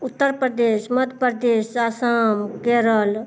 Uttar Pradesh Madhya Pradesh Assam Kerala